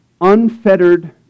unfettered